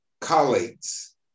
colleagues